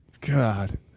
God